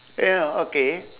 ya okay